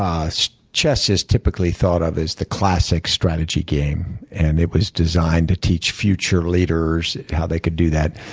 um so chess is typically thought of as the classic strategy game, and it was designed to teach future leaders how they could do that.